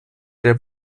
there